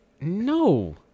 No